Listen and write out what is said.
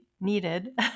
needed